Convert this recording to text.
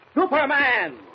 Superman